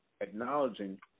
acknowledging